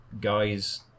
guys